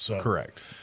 Correct